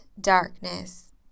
darkness